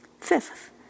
Fifth